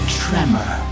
tremor